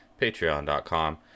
patreon.com